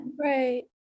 Right